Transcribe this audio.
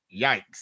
yikes